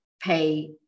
pay